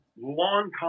long